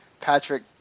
Patrick